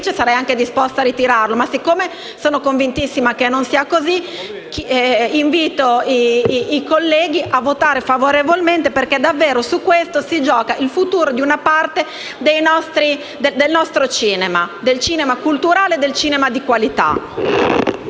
sarei disposta a ritirarlo. Siccome sono convintissima che non sia così, invito i colleghi a votare favorevolmente perché su questo si gioca il futuro di una parte del nostro cinema, del cinema culturale e di qualità.